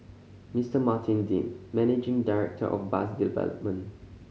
Mister Martin Dean managing director of bus development